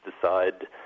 decide